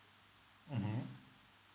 mmhmm